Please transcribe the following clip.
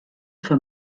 für